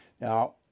Now